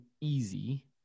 easy